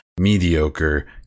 mediocre